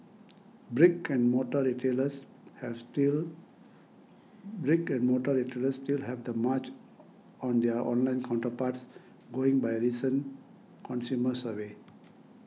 brick and mortar retailers have still brick and mortar retailers still have the march on their online counterparts going by a recent consumer survey